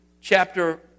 chapter